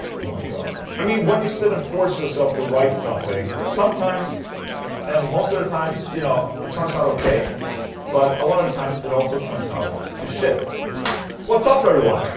oh my god i mean, when you sit and force yourself to write something sometimes and most of the times, you know, it turns out ok but a lot of the times it also turns out to shit what's up everyone?